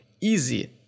easy